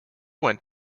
went